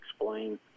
explain